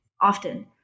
often